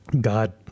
God